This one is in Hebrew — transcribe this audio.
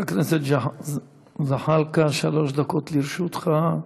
חבר הכנסת זחאלקה, שלוש דקות לרשותך.